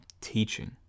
teaching